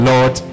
Lord